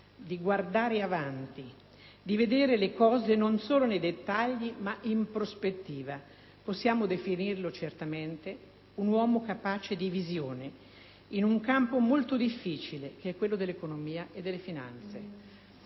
di guardare avanti, di vedere le cose non solo nei dettagli ma in prospettiva. Possiamo definirlo certamente un uomo capace di visione, in un campo molto difficile, quello dell'economia e delle finanze,